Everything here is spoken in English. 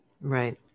right